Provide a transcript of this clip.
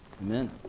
Amen